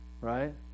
Right